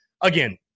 again